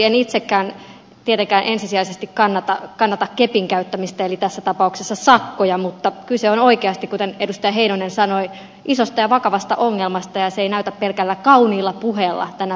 en itsekään tietenkään ensisijaisesti kannata kepin käyttämistä eli tässä tapauksessa sakkoja mutta kyse on oikeasti kuten edustaja heinonen sanoi isosta ja vakavasta ongelmasta ja se ei näytä pelkällä kauniilla puheella tänä päivänä hoituvan